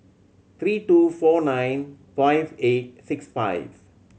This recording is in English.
three two four nine five eight six five